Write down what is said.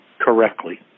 correctly